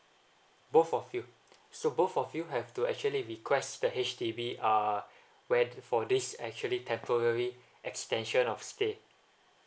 both of you so both of you have to actually request the H_D_B uh where for this actually temporary extension of stay